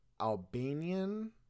Albanian